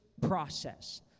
process